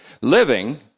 Living